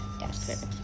yes